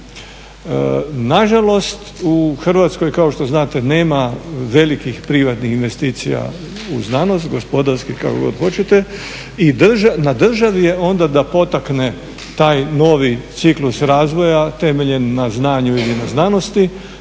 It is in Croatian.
Na žalost u Hrvatskoj kao što znate nema velikih privatnih investicija u znanost, gospodarskih kako god hoćete i na državi je onda da potakne taj novi ciklus razvoja temeljen na znanju ili na znanosti